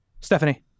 Stephanie